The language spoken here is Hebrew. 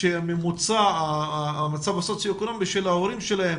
שממוצע המצב הסוציו אקונומי של ההורים שלהם